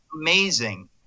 amazing